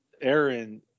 Aaron